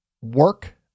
work